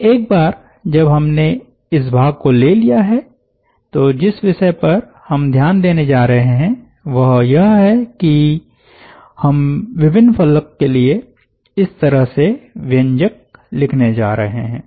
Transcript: तो एक बार जब हमने इस भाग को ले लिया है तो जिस विषय पर हम ध्यान देने जा रहे है वह यह है की हम विभिन्न फलक के लिए इस तरह से व्यंजक लिखने जा रहे हैं